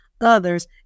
others